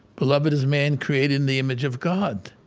beloved is man created in the image of god.